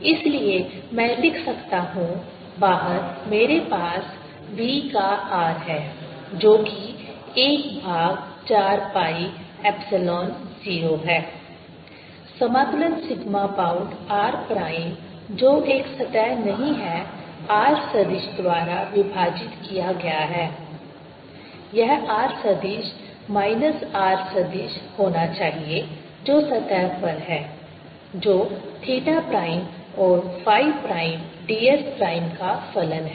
p4π3R3Px b P0 bPnPrPxrPsinθcosϕ इसलिए मैं लिख सकता हूं बाहर मेरे पास V का r है जो कि 1 भाग 4 pi एप्सिलॉन 0 है समाकलन सिग्मा बाउंड r प्राइम जो एक सतह नहीं है r सदिश द्वारा विभाजित किया गया है यह r सदिश माइनस R सदिश होना चाहिए जो सतह पर है जो थीटा प्राइम और फ़ाई प्राइम ds प्राइम का फलन है